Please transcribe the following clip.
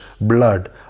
blood